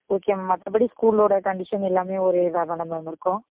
okay ma'am மற்றபடி ஸ்கூலோட condition எல்லாமே ஒரே இதாக தானே மேம் இருக்கும்